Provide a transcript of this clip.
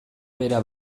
bera